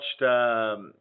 watched